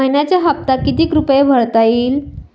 मइन्याचा हप्ता कितीक रुपये भरता येईल?